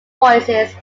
voices